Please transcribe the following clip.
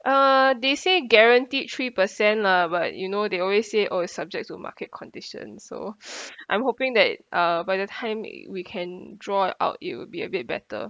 uh they say guaranteed three percent lah but you know they always say oh it's subject to market conditions so I'm hoping that uh by the time we can draw it out it'll be a bit better